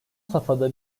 safhada